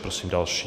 Prosím další.